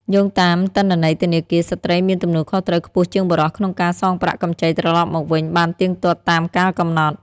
យោងតាមទិន្នន័យធនាគារ ស្ត្រីមានទំនួលខុសត្រូវខ្ពស់ជាងបុរសក្នុងការសងប្រាក់កម្ចីត្រឡប់មកវិញបានទៀងទាត់តាមកាលកំណត់។